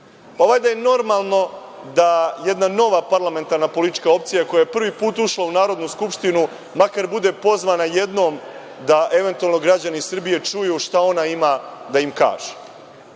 Valjda je normalno da jedna nova parlamentarna politička opcija koja je prvi put ušla u Narodnu skupštinu makar bude pozvana jednom, da eventualno građani Srbije čuju šta ona ima da im